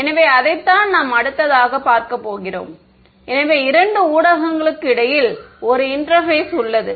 எனவே அதைத்தான் நாம் அடுத்ததாக பார்க்க போகிறோம் எனவே இரண்டு ஊடகங்களுக்கு இடையில் ஒரு இன்டெர்பேஸ் உள்ளது